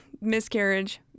miscarriage